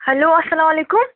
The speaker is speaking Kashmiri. ہٮ۪لو اسلامُ علیکُم